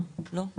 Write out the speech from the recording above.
לא, לא.